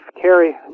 Carrie